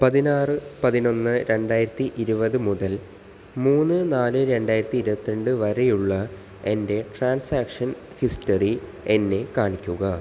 പതിനാറ് പതിനൊന്ന് രണ്ടായിരത്തി ഇരുപത് മുതൽ മൂന്ന് നാല് രണ്ടായിരത്തി ഇരുപത്തിരണ്ട് വരെ ഉള്ള എൻ്റെ ട്രാൻസാക്ഷൻ ഹിസ്റ്ററി എന്നെ കാണിക്കുക